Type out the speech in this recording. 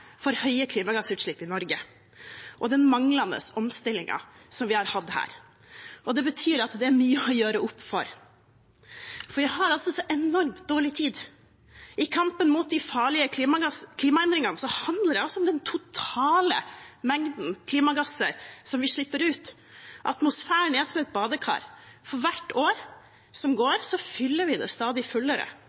for høye klimagassutslipp i Norge og den manglende omstillingen her. Det betyr at det er mye å gjøre opp for, for vi har enormt dårlig tid. I kampen mot de farlige klimaendringene handler det om den totale mengden klimagasser som vi slipper ut. Atmosfæren er som et badekar – for hvert år som går, fyller vi det stadig fullere,